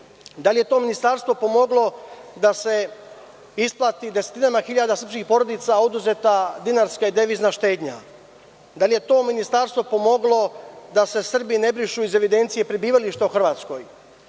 Da li je to ministarstvo pomoglo da se isplati desetinama hiljada srpskih porodica oduzeta dinarska i devizna štednja? Da li je to ministarstvo pomoglo da se Srbi ne brišu iz evidencije prebivališta u Hrvatskoj?